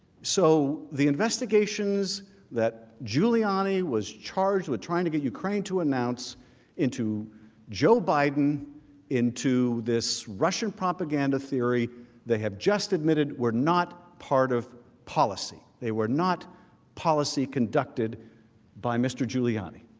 so the investigations that giuliani was charged with china the ukraine to announce into joe biden into this russian propaganda theory they have just admitted were not part of policy they were not policy conducted by mr. giuliani